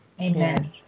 Amen